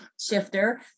shifter